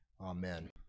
Amen